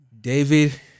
David